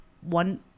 One